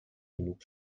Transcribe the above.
genug